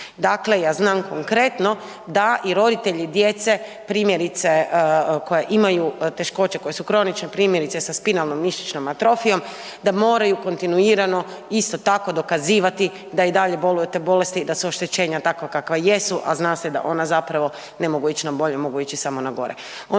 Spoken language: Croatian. Dakle, ja znam konkretno da i roditelji djece primjerice koja imaju teškoće koja su kronična primjerice sa spinalnom mišićnom atrofijom da moraju kontinuirano isto tako dokazivati da i dalje bolju od te bolesti, da su oštećenja takva kakva jesu, a zna se da ona zapravo ne mogu ići na bolje, mogu ići samo na gore.